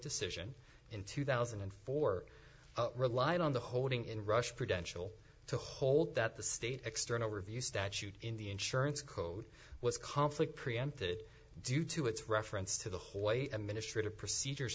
decision in two thousand and four relied on the holding in rush prudential to hold that the state external review statute in the insurance code was conflict preempted due to its reference to the hallway a ministry to procedures